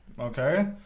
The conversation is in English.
okay